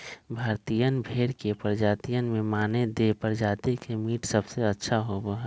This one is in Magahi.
भारतीयन भेड़ के प्रजातियन में मानदेय प्रजाति के मीट सबसे अच्छा होबा हई